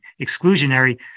exclusionary